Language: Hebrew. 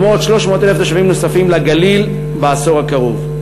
כמו 300,000 תושבים נוספים לגליל בעשור הקרוב.